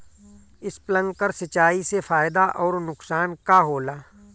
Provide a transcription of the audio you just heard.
Sprinkler सिंचाई से फायदा अउर नुकसान का होला?